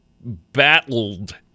battled